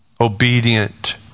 obedient